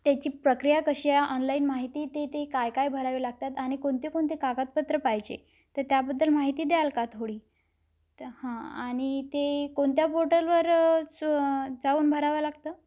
त्याची प्रक्रिया कशी आहे ऑनलाईन माहिती ते ते काय काय भरावी लागतात आणि कोणते कोणते कागदपत्र पाहिजे तर त्याबद्दल माहिती द्याल का थोडी तर हां आणि ते कोणत्या पोर्टलवर स जाऊन भरावं लागतं